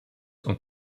und